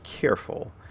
careful